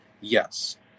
Yes